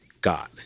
God